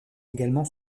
également